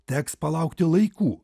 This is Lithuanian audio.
teks palaukti laikų